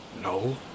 No